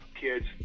kids